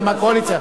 גם מהקואליציה.